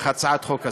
להצעת החוק הזאת.